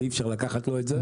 זה אי אפשר לקחת לו את זה,